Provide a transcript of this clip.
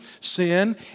sin